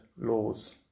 laws